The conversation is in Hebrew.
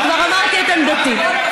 וכבר אמרתי את עמדתי.